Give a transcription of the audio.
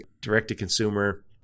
direct-to-consumer